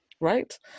Right